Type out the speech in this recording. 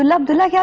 and abdullah? yeah